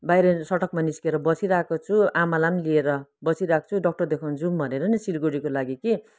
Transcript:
बाहिर सडकमा निस्केर बसिरहेको छु आमालाई पनि लिएर बसिरहेको छु डक्टर देखाउँनु जाउँ भनेर नि सिलगढीको लागि कि